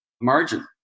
margin